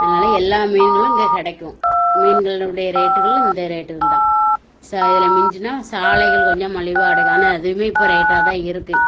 அதனால் எல்லா மீன்களும் இங்கே கிடைக்கும் மீன்களுடைய ரேட்டுகள் இந்த ரேட்டுகள் தான் ச இதில் மிஞ்சினால் சாளைகள் கொஞ்சம் மலிவாக கிடைக்கும் ஆனால் அதுவுமே இப்போ ரேட்டாக தான் இருக்குது